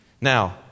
Now